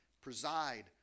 preside